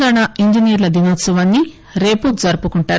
తెలంగాణా ఇంజనీర్ల దినోత్సవాన్ని రేపు జరుపుకుంటారు